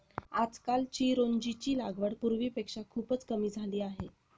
आजकाल चिरोंजीची लागवड पूर्वीपेक्षा खूपच कमी झाली आहे